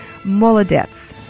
Molodets